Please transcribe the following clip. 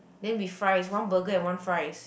then with fries one burger and one fries